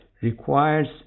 requires